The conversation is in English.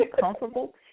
comfortable